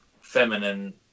feminine